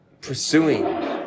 pursuing